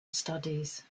studies